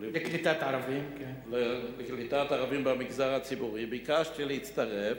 לקליטת ערבים במגזר הציבורי, ביקשתי להצטרף,